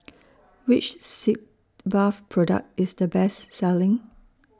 Which Sitz Bath Product IS The Best Selling